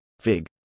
fig